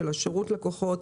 של השירות לקוחות,